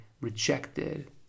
rejected